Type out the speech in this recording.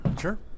sure